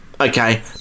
Okay